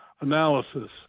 analysis